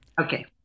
Okay